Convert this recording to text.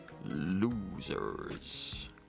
losers